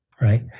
right